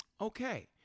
okay